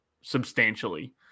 substantially